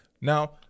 now